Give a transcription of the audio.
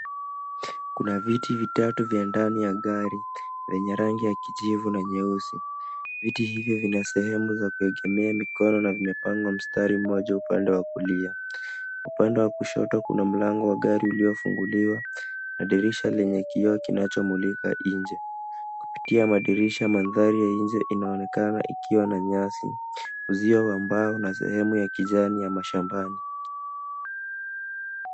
Kuna viti vitatu vya ndani ya gari lenye rangi ya kijivu na nyeusi. Viti hivi vina sehemu za kuegemea mkono na vimepangwa mstari mmoja upande wa kulia. Upande wa kushoto kuna mlango wa gari uliofunguliwa na dirisha lenye kioo kinachomulika nje. Kupitia dirisha mandhari ya nje inaonekana ikiwa na nyasi, uzio wa mbao, na sehemu ya kijani ya mashambani.